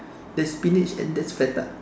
there's spinach and there's Feta